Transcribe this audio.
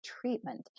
treatment